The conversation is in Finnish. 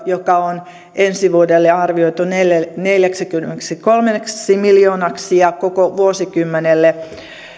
joka on ensi vuodelle arvioitu neljäksikymmeneksikolmeksi miljoonaksi ja koko vuosikymmenelle